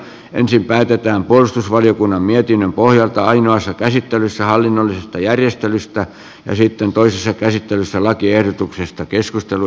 ensin päätetään puolustusvaliokunnan mietinnön pohjalta ainoassa käsittelyssä hallinnollisesta järjestelystä ja sitten toisessa käsittelyssä lakiehdotuksesta